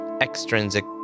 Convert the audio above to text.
extrinsic